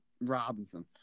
Robinson